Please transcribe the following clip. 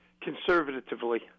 conservatively